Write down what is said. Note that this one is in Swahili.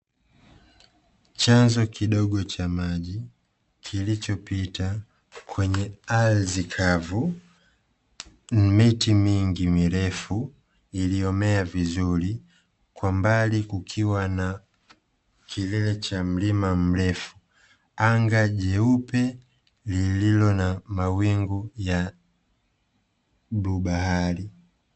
Chanzo kidogo cha maji kilichopita kwenye ardhi kavu, miti mingi mirefu iliyomea vizuri, kwa mbali kukiwa na kilele cha mlima mrefu; anga jeupe lililo na mawingu ya bluu bahari.